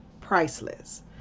priceless